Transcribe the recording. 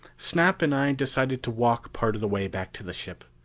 snap and i decided to walk part of the way back to the ship.